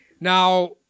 Now